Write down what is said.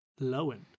Lowen